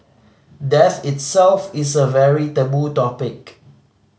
death itself is a very taboo topic